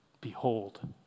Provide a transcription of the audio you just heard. Behold